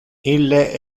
ille